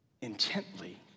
intently